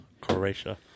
Croatia